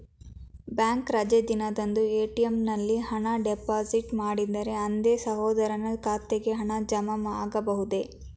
Bank ರಜೆ ದಿನದಂದು ATM ನಲ್ಲಿ ಹಣ ಡಿಪಾಸಿಟ್ ಮಾಡಿದರೆ ಅಂದೇ ಸಹೋದರನ ಖಾತೆಗೆ ಹಣ ಜಮಾ ಆಗಬಹುದೇ?